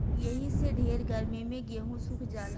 एही से ढेर गर्मी मे गेहूँ सुख जाला